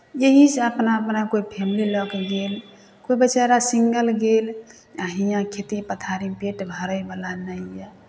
एहीसँ अपना अपना कोइ फैमिली लऽ कऽ गेल कोइ बेचारा सिंगल गेल आ हियाँ खेती पथारी पेट भरयवला नहि यए